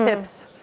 tips?